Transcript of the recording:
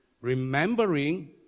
remembering